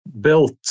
built